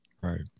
Right